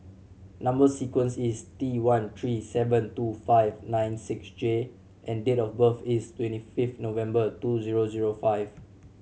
number sequence is T one three seven two five nine six J and date of birth is twenty fifth November two zero zero five